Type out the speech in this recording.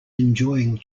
enjoying